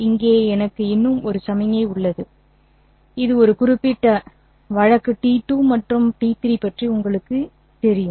இங்கே எனக்கு இன்னும் 1 சமிக்ஞை உள்ளது இது இந்த குறிப்பிட்ட வழக்கு t2 மற்றும் t3 பற்றி உங்களுக்குத் தெரியும்